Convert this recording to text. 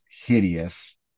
hideous